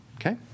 okay